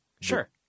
Sure